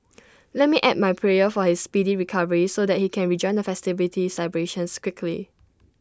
let me add my prayer for his speedy recovery so that he can rejoin the festivity celebrations quickly